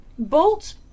Bolt